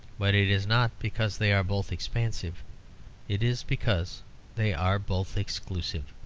but it is not because they are both expansive it is because they are both exclusive.